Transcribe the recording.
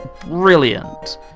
brilliant